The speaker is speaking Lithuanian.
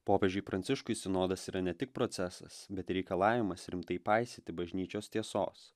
popiežiui pranciškui sinodas yra ne tik procesas bet ir reikalavimas rimtai paisyti bažnyčios tiesos